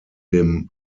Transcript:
dem